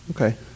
Okay